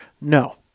No